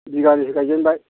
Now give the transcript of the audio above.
बिगानैसो गायजेनबाय